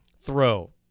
throw